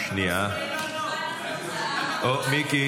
רגע, שנייה.